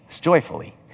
joyfully